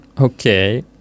Okay